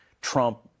Trump